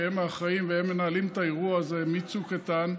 שהם האחראים והם מנהלים את האירוע הזה מצוק איתן,